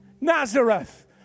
Nazareth